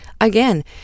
again